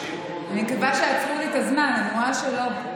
אני מקווה שעצרו לי את הזמן, אני רואה שלא.